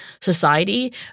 society